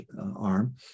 arm